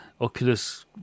Oculus